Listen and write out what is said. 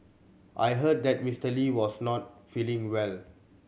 I heard that Mister Lee was not feeling well